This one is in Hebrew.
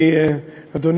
אני זוכר